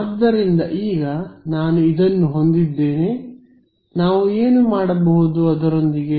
ಆದ್ದರಿಂದ ಈಗ ನಾನು ಇದನ್ನು ಹೊಂದಿದ್ದೇನೆ ನಾನು ಏನು ಮಾಡಬಹುದು ಅದರೊಂದಿಗೆ